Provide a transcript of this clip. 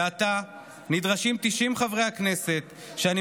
ועתה נדרשים 90 חברי הכנסת שימצאו,